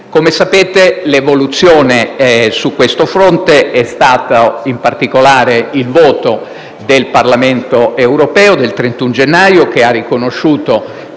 Come sapete, l'evoluzione su questo fronte sono stati, in particolare, il voto del Parlamento europeo del 31 gennaio, che ha riconosciuto